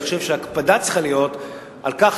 אני חושב שההקפדה צריכה להיות על כך